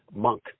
monk